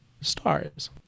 stars